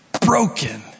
broken